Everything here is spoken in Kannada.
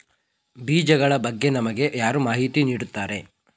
ಬೀಜಗಳ ಬಗ್ಗೆ ನಮಗೆ ಯಾರು ಮಾಹಿತಿ ನೀಡುತ್ತಾರೆ?